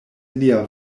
lia